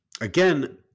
again